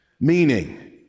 Meaning